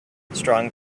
strong